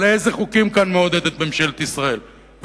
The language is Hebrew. אבל איזה חוקים ממשלת ישראל מעודדת כאן,